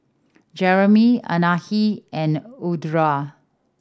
Jereme Anahi and Audra